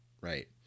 right